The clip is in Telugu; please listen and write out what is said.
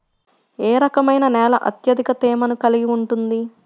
ఏ రకమైన నేల అత్యధిక తేమను కలిగి ఉంటుంది?